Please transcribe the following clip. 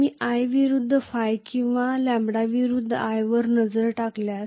मी i विरूद्ध ϕ किंवा λ विरुद्ध i वर नजर टाकल्यास